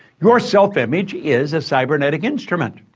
your self image is a cybernetic instrument.